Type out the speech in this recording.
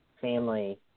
family